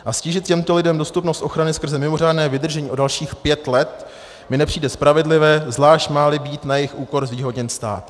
A ztížit těmto lidem dostupnost ochrany skrze mimořádné vydržení o dalších pět let mi nepřijde spravedlivé, zvlášť, máli být na jejich úkor zvýhodněn stát.